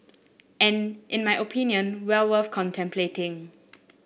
and in my opinion well worth contemplating